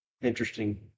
Interesting